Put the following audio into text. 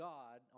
God